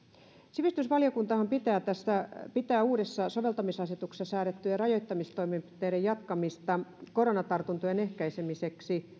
sivistysvaliokuntahan pitää uudessa soveltamisasetuksessa säädettyjen rajoittamistoimenpiteiden jatkamista koronatartuntojen ehkäisemiseksi